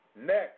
Next